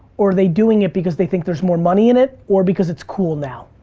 or are they doing it because they think there's more money in it, or because it's cool now?